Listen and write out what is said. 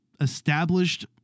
established